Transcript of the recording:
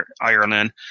Ireland